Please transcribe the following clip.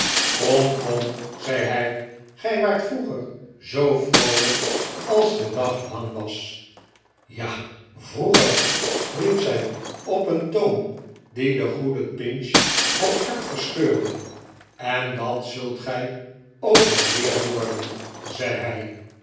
kom kom zei hij gij waart vroeger zoo vroolijk als de dag lang was ja vroeger riep zij op een toon die den goeden pinch het hart verscheurde en dat zult gij ook wel weer worden zei hij